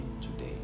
today